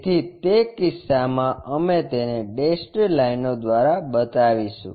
તેથી તે કિસ્સામાં અમે તેને ડેશેડ લાઇનો દ્વારા બતાવીશું